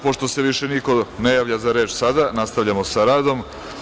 Pošto se biše ne javlja za reč sada, nastavljamo sa radom.